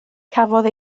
cafodd